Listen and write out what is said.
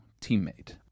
teammate